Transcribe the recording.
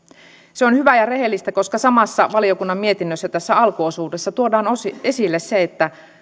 se on hyvää ja rehellistä koska samassa valiokunnan mietinnössä tässä alkuosuudessa tuodaan esille se